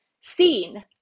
seen